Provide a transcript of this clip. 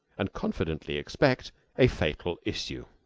and confidently expect a fatal issue.